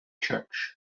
church